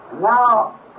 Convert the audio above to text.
Now